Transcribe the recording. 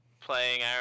playing